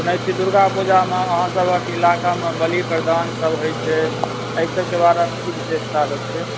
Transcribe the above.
सुनै छिए दुर्गा पूजामे अहाँसभके इलाकामे बलिप्रदानसभ होइ छै एहिसभके बारेमे की विशेषता सभ छै